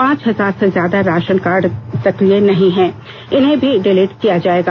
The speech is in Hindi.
पांच हजार से ज्यादा राशन कार्ड सश्क्रिय नहीं हैं इन्हें भी डिलीट किया जाएगा